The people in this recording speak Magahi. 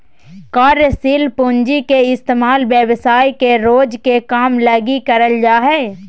कार्यशील पूँजी के इस्तेमाल व्यवसाय के रोज के काम लगी करल जा हय